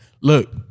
Look